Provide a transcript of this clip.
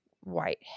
white